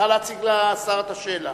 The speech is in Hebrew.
נא להציג לשר את השאלה.